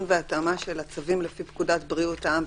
והתאמה של הצווים לפי פקודת בריאות העם,